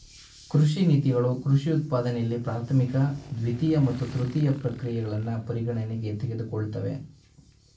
ಕೃಷಿ ನೀತಿಗಳು ಕೃಷಿ ಉತ್ಪಾದನೆಯಲ್ಲಿ ಪ್ರಾಥಮಿಕ ದ್ವಿತೀಯ ಮತ್ತು ತೃತೀಯ ಪ್ರಕ್ರಿಯೆಗಳನ್ನು ಪರಿಗಣನೆಗೆ ತೆಗೆದುಕೊಳ್ತವೆ